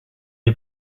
est